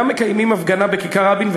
גם מקיימים הפגנה בכיכר-רבין,